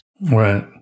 Right